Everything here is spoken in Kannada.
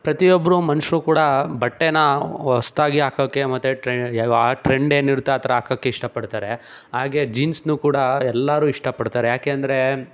ಪ್ರತಿಯೊಬ್ಬರೂ ಮನುಷ್ರೂ ಕೂಡ ಬಟ್ಟೇನ ಹೊಸದಾಗಿ ಹಾಕೋಕ್ಕೆ ಮತ್ತು ಟ್ರೆ ಆ ಟ್ರೆಂಡ್ ಏನು ಇರುತ್ತೋ ಆ ಥರ ಹಾಕೋಕ್ಕೆ ಇಷ್ಟಪಡ್ತಾರೆ ಹಾಗೇ ಜೀನ್ಸ್ನೂ ಕೂಡ ಎಲ್ಲರೂ ಇಷ್ಟಪಡ್ತಾರೆ ಯಾಕೆ ಅಂದರೆ